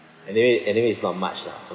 anyway anyway it's not much lah